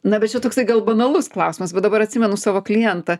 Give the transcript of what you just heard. na bet čia toksai gal banalus klausimas bet dabar atsimenu savo klientą